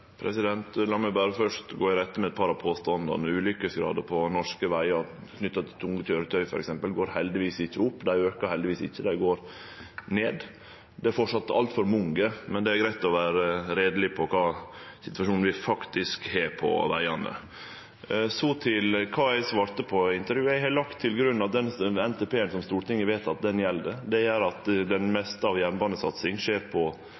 La meg berre først gå i rette med eit par av påstandane. Ulykkesgraden på norske vegar knytte til f.eks. tunge køyretøy, går heldigvis ikkje opp, han aukar heldigvis ikkje, han går ned. Det er framleis altfor mange, men det er greitt å vere reieleg om kva situasjon vi faktisk har på vegane. Så til kva eg svarte på i intervjuet. Eg har lagt til grunn at den NTP-en som Stortinget har vedteke, gjeld. Det gjer at det meste av satsinga på